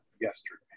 yesterday